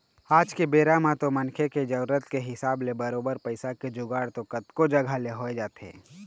आज के बेरा म तो मनखे के जरुरत के हिसाब ले बरोबर पइसा के जुगाड़ तो कतको जघा ले होइ जाथे